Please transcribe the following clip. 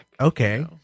Okay